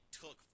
took